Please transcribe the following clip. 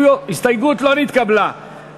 ההסתייגות של קבוצת סיעת העבודה,